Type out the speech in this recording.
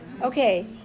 Okay